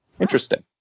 Interesting